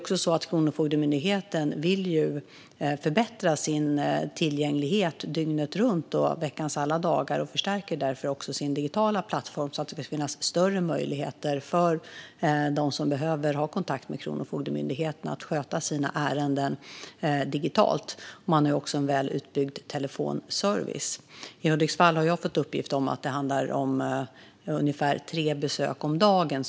Kronofogdemyndigheten vill också förbättra sin tillgänglighet dygnet runt och veckans alla dagar och förstärker därför också sin digitala plattform, så att det ska finnas större möjligheter för dem som behöver ha kontakt med Kronofogdemyndigheten att sköta sina ärenden digitalt. Man har också en väl utbyggd telefonservice. Jag har fått uppgift om att man på kontoret i Hudiksvall har haft ungefär tre besök om dagen.